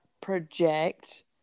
project